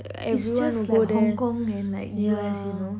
it's just like hong kong and like U_S you know